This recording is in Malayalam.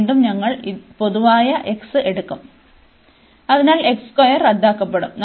വീണ്ടും ഞങ്ങൾ ഈ പൊതുവായ x എടുക്കും അതിനാൽ റദ്ദാക്കപ്പെടും